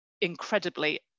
incredibly